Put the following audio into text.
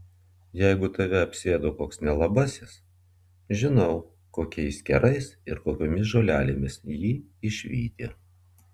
jeigu tave apsėdo koks nelabasis žinau kokiais kerais ir kokiom žolelėm jį išvyti